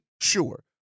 Sure